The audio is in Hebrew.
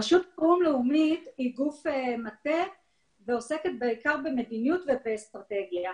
רשות חירום לאומית היא גוף מטה ועוסקת בעיקר במדיניות ובאסטרטגיה.